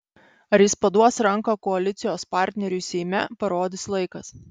ar jis paduos ranką koalicijos partneriui seime parodys laikas